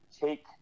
take